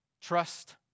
trust